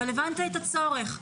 אבל הבנת את הצורך.